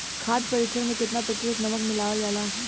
खाद्य परिक्षण में केतना प्रतिशत नमक मिलावल जाला?